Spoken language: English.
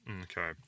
Okay